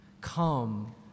come